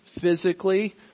physically